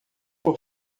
por